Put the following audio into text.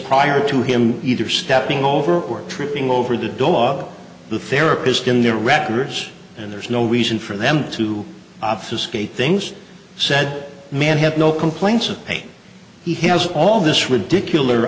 prior to him either stepping over or tripping over the dog the therapist in their records and there's no reason for them to obfuscate things said man had no complaints of pain he has all this ridiculous